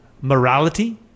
morality